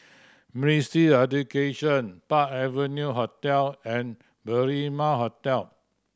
Ministry Education Park Avenue Hotel and Berrima Hotel